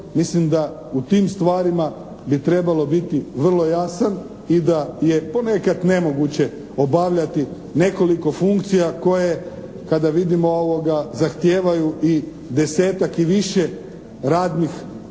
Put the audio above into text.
Mislim da u tim stvarima bi trebalo biti vrlo jasan i da je ponekad nemoguće obavljati nekoliko funkcija koje kada vidimo zahtijevaju i desetak i više radnih sati